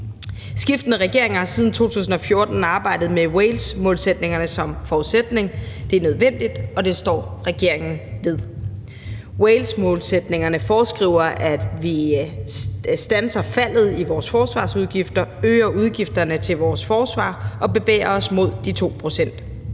Skiftende regeringer har siden 2014 arbejdet med Walesmålsætningerne som forudsætning. Det er nødvendigt, og det står regeringen ved. Walesmålsætningerne foreskriver, at vi standser faldet i vores forsvarsudgifter, øger udgifterne til vores forsvar og bevæger os mod de 2 pct.